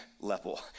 level